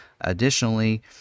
Additionally